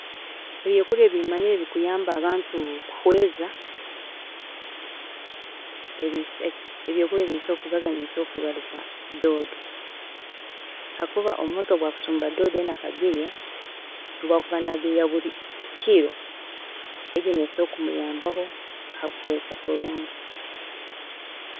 Ebyokurya ebi manyire ebikuyamba abantu kuhweeza, ebyokurya ebyokurya ebi bisobola kubamu doodo habwokuba omuntu obu akucumba doodo egi akagirya, obu akuba nagirya buri kiro, egi nesobola kumuyambaho ahakuhweza kulungi